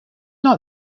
not